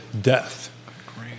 death